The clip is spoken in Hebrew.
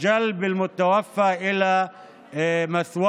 והבאה של הנפטר למנוחתו